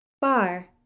Bar